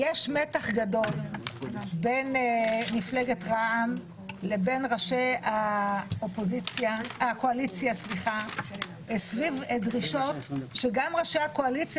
גדול בין מפלגת רע"מ לבין ראשי הקואליציה סביב דרישות שגם ראשי הקואליציה